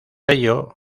ello